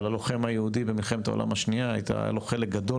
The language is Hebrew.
אבל ללוחם היהודי במלחמת העולם השנייה היה חלק גדול